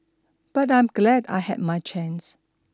but I'm glad I had my chance